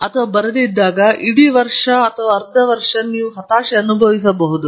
ಯಾವುದೇ ಫಲಿತಾಂಶವು ಬಂದಾಗ ಇಡೀ ವರ್ಷ ವರ್ಷ ಮತ್ತು ಅರ್ಧ ಇವೆ ಮತ್ತು ನೀವು ತುಂಬಾ ಹತಾಶೆ ಅನುಭವಿಸಬಹುದು